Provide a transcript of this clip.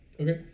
Okay